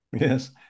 Yes